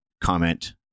comment